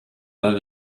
pas